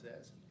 says